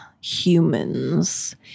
humans